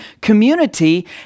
community